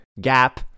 gap